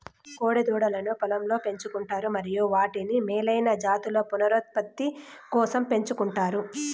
కోడె దూడలను పొలంలో పెంచు కుంటారు మరియు వాటిని మేలైన జాతుల పునరుత్పత్తి కోసం పెంచుకుంటారు